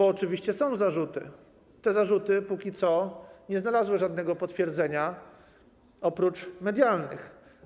Oczywiście są zarzuty, ale te zarzuty na razie nie znalazły żadnego potwierdzenia oprócz medialnych.